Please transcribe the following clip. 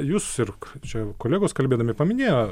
jūs ir k čia kolegos kalbėdami paminėjo